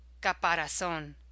caparazón